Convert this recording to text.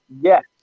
yes